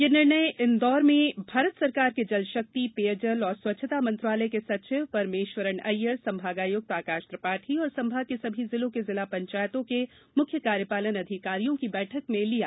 ये निर्णय इंदौर में भारत सरकार के जलशक्ति पेयजल और स्वच्छता मंत्रालय के सचिव परमेष्वरन अय्यर संभागायुक्त आकाश त्रिपाठी और संभाग के सभी जिलों के जिला पंचायतों के मुख्य कार्यपालन अधिकारियों की बैठक में लिया गया